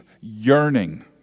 yearning